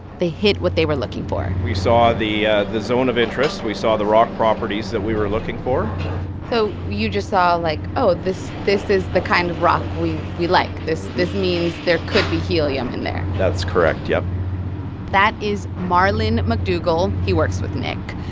they hit what they were looking for we saw the ah the zone of interest. we saw the rock properties that we were looking for so you just saw, like, oh, this this is the kind of rock we we like. this this means there could be helium in there that's correct, yup that is marlon mcdougall. he works with nick.